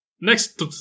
Next